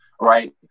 right